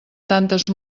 tantes